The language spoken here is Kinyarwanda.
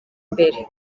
mbere